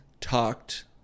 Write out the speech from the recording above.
talked